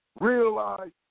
realize